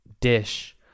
dish